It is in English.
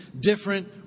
different